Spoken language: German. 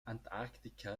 antarktika